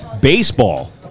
Baseball